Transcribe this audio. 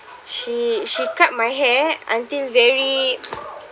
she she cut my hair until very